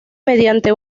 mediante